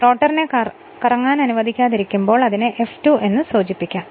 റോട്ടറിനെ കറങ്ങാൻ അനുവദിക്കാതിരിക്കുമ്പോൾ അതിനെ F2 എന്ന് സൂചിപ്പിക്കാം